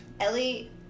Ellie